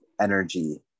energy